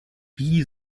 wie